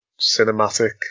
cinematic